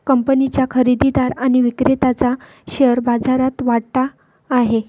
कंपनीच्या खरेदीदार आणि विक्रेत्याचा शेअर बाजारात वाटा आहे